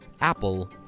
Apple